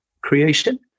creation